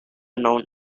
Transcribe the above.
known